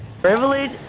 Privilege